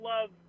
love